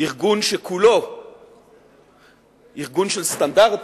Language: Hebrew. ארגון שכולו ארגון של סטנדרטים,